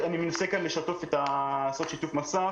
הילדים יכולים להגיע לבתי הספר ולקבל מענה,